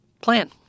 plan